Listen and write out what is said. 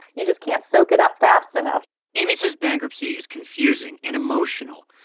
you just can't soak it up fast enough amy says bankruptcy is confusing and emotional.